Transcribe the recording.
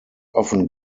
often